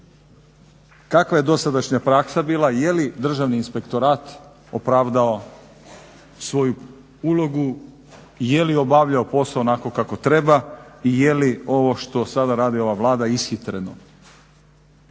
kakva je dosadašnja praksa bila i je li Državni inspektorat opravdao svoju ulogu i je li obavljalo posao onako kako treba i je li ovo što sada radi ova Vlada ishitreno.